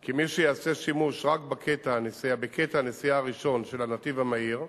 כי מי שיעשה שימוש רק בקטע הנסיעה הראשון של הנתיב המהיר,